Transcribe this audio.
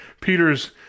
Peter's